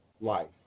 life